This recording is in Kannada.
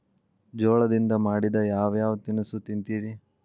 ಜೋಳದಿಂದ ಮಾಡಿದ ಯಾವ್ ಯಾವ್ ತಿನಸು ತಿಂತಿರಿ?